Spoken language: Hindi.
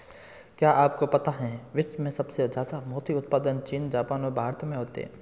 क्या आपको पता है विश्व में सबसे ज्यादा मोती उत्पादन चीन, जापान और भारत में होता है?